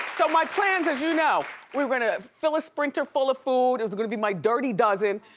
so my plans, as you know, we're gonna fill a sprinter full of food, it was gonna be my dirty dozen,